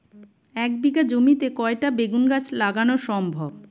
এক বিঘা জমিতে কয়টা বেগুন গাছ লাগানো সম্ভব?